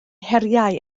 heriau